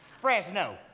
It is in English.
Fresno